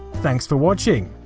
thanks for watching.